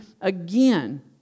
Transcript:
again